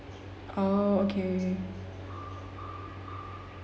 oh okay